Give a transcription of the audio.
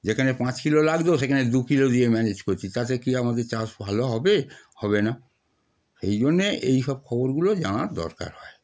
যেখানে পাঁচ কিলো লাগত সেখানে দু কিলো দিয়ে ম্যানেজ করছি তাতে কী আমাদের চাষ ভালো হবে হবে না এই জন্যে এই সব খবরগুলো জানার দরকার হয়